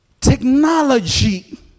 technology